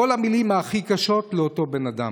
כל המילים הכי קשות לאותו בן אדם.